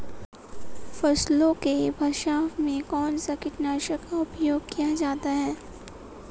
फसलों के बचाव में कौनसा कीटनाशक का उपयोग किया जाता है?